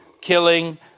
killing